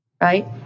right